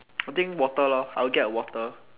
I think water lor I will get water